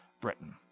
Britain